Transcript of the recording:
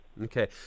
okay